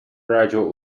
graduate